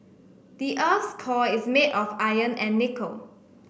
the earth's core is made of iron and nickel